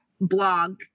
blog